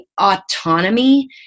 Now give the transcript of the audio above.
autonomy